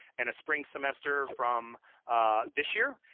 and a spring semester from this year.